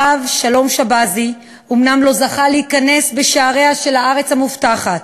הרב שלום שבזי אומנם לא זכה להיכנס בשעריה של הארץ המובטחת,